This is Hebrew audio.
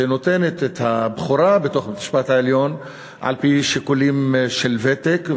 שנותנת את הבכורה בבית-המשפט העליון על-פי שיקולים של ותק,